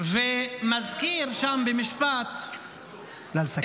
ומזכיר שם במשפט -- נא לסיים.